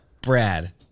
Brad